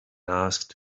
asked